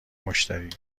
مشتری